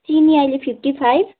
चिनी अहिले fifty five